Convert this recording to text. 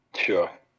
Sure